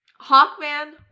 Hawkman